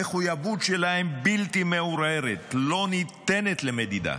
המחויבות שלהם בלתי מעורערת, לא ניתנת למדידה.